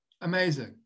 amazing